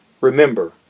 Remember